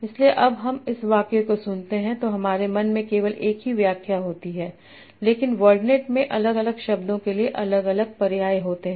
इसलिए जब हम इस वाक्य को सुनते हैं तो हमारे मन में केवल एक ही व्याख्या होती है लेकिन वर्डनेट में अलग अलग शब्दों के अलग अलग पर्याय होते हैं